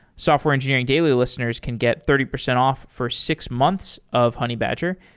software engineering daily listeners can get thirty percent off for six months of honeybadger,